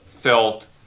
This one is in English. felt